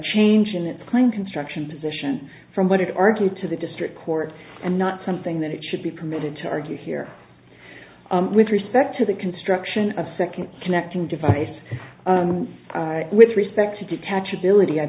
change in its claim construction position from what it argued to the district court and not something that it should be permitted to argue here with respect to the construction of second connecting device with respect to detach ability i